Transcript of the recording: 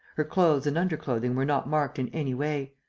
her clothes and underclothing were not marked in any way.